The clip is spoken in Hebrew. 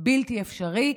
בלתי אפשרי.